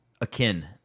akin